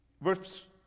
verse